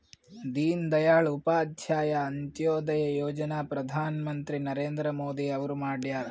ದೀನ ದಯಾಳ್ ಉಪಾಧ್ಯಾಯ ಅಂತ್ಯೋದಯ ಯೋಜನಾ ಪ್ರಧಾನ್ ಮಂತ್ರಿ ನರೇಂದ್ರ ಮೋದಿ ಅವ್ರು ಮಾಡ್ಯಾರ್